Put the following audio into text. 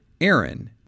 Aaron